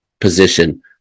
position